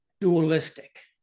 dualistic